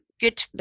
good